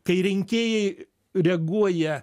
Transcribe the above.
kai rinkėjai reaguoja